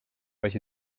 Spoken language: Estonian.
asi